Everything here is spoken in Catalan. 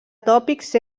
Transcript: tòpics